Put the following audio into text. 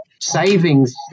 savings